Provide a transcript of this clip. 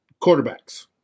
quarterbacks